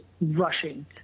rushing